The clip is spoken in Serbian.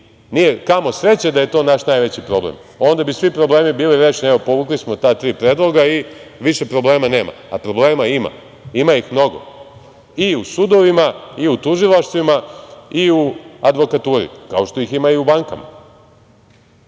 Nije, kamo sreće da je to naš najveći problem, ovde bi svi problemi bili rešeni. Evo, povukli smo ta tri predloga i više problema nema. A problema ima, ima ih mnogo i u sudovima, i u tužilaštvima, i u advokaturi, kao što ih ima i u bankama.